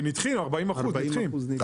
כי 40% נדחים.